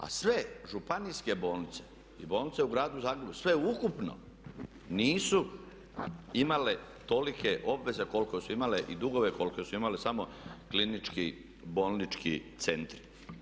A sve županijske bolnice i bolnice u gradu Zagrebu, sve ukupno nisu imale tolike obveze koliko su imale i dugove koliko su imali samo klinički bolnički centri.